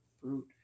fruit